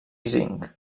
zinc